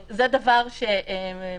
זה דבר ששוב,